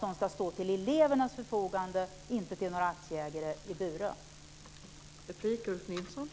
De ska stå till elevernas förfogande, inte till förfogande för några aktieägare i Bure.